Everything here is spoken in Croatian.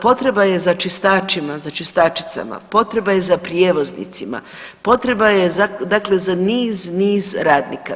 Potreba je za čistačima, čistačicama, potreba je za prijevoznicima, potreba je dakle za niz, niz radnika.